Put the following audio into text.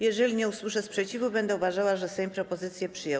Jeżeli nie usłyszę sprzeciwu, będę uważała, że Sejm propozycję przyjął.